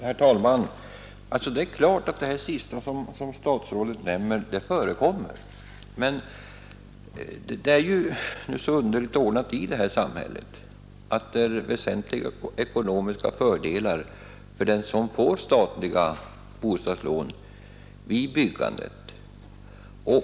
Herr talman! Naturligtvis förekommer sådant som statsrådet nämnde sist i sitt anförande. Men det medför väsentliga ekonomiska fördelar att få statliga bostadslån vid byggande.